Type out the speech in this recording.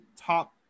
top